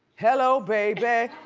hello baby,